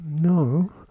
No